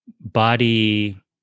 body